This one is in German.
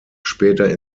später